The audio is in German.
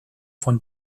von